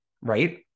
right